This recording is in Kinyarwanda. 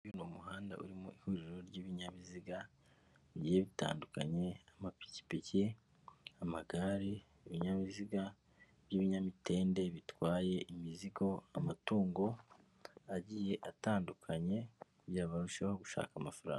Uyu ni umuhanda urimo ihuriro ry'ibinyabiziga bitandukanye, amapikipiki, amagare, ibinyabiziga by'ibinyamitende bitwaye imizigo, amatungo agiye atandukanye, kugira ngo barushaho gushaka amafaranga.